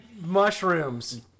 mushrooms